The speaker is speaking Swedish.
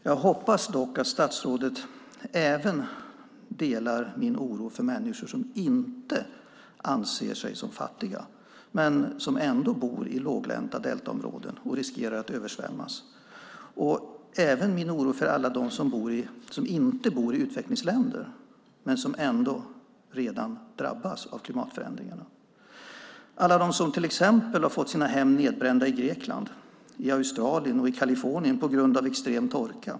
Jag hoppas dock att statsrådet även delar min oro för människor som inte anser sig som fattiga men som bor i låglänta deltaområden och riskerar att översvämmas och även min oro för alla dem som inte bor i utvecklingsländer men som ändå redan drabbas av klimatförändringarna. Det är till exempel alla de som har fått sina hem nedbrända i Grekland, i Australien och i Kalifornien på grund av extrem torka.